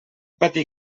patir